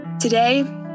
today